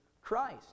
Christ